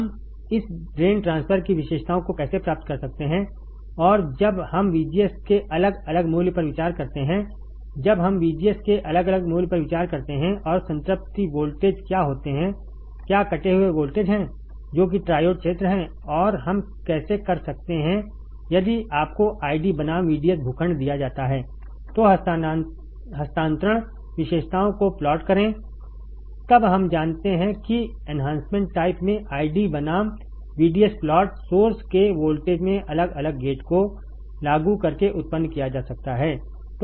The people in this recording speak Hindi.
हम इस ड्रेन ट्रांसफर की विशेषताओं को कैसे प्राप्त कर सकते हैं और जब हम VGS के अलग अलग मूल्य पर विचार करते हैं जब हम VGS के अलग अलग मूल्य पर विचार करते हैं और संतृप्ति वोल्टेज क्या होते हैं क्या कटे हुए वोल्टेज हैं जो कि ट्रायोड क्षेत्र हैं और हम कैसे कर सकते हैं यदि आपको ID बनाम VDS भूखंड दिया जाता है तो हस्तांतरण विशेषताओं को प्लॉट करें तब हम जानते हैं कि एन्हांसमेंट टाइप में आईडी बनाम VDS प्लॉट सोर्स के वोल्टेज में अलग अलग गेट को लागू करके उत्पन्न किया जा सकता है